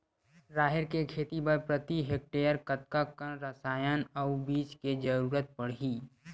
राहेर के खेती बर प्रति हेक्टेयर कतका कन रसायन अउ बीज के जरूरत पड़ही?